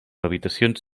habitacions